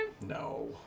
no